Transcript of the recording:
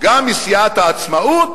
גם מסיעת העצמאות